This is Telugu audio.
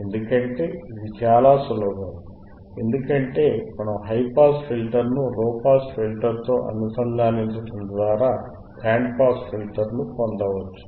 ఎందుకంటే ఇది చాలా సులభం ఎందుకంటే మనం హైపాస్ ఫిల్టర్ను లోపాస్ ఫిల్టర్తో అనుసంధానించడం ద్వారా బ్యాండ్ పాస్ ఫిల్టర్ను పొందవచ్చు